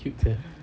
cute sia